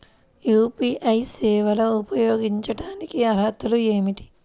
UPI సేవలు ఉపయోగించుకోటానికి అర్హతలు ఏమిటీ?